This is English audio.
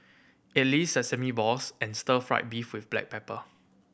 idly sesame balls and stir fried beef with black pepper